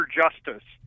justice